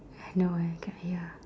no I cannot hear